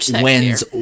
wins